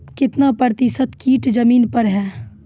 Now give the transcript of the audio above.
कितना प्रतिसत कीट जमीन पर हैं?